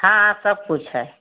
हाँ सब कुछ है